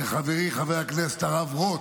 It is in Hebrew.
לחברי חבר הכנסת הרב רוט,